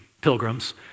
pilgrims